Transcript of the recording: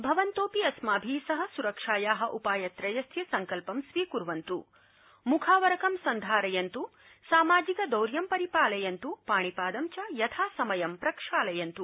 भवन्तोऽपि अस्माभि सह सुरक्षाया उपायत्रयस्य सङ्कल्पं स्वीकुर्वन्तु मुखावरकं सन्धारयन्तु सामाजिकदौर्यं परिपालयन्तु पाणिपादं च यथासमयं प्रक्षालयन्त्